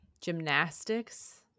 gymnastics